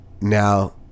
now